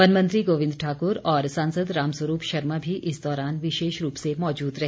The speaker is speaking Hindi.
वन मंत्री गोविंद ठाकुर और सांसद राम स्वरूप शर्मा भी इस दौरान विशेष रूप से मौजूद रहे